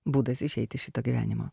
būdas išeit iš šito gyvenimo